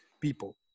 people